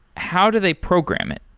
how do they program it?